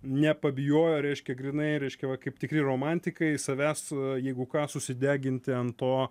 nepabijojo reiškia grynai reiškia va kaip tikri romantikai savęs jeigu ką susideginti ant to